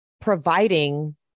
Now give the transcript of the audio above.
providing